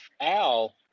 Al